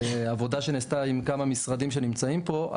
בעבודה שנעשתה עם כמה משרדים שנמצאים פה,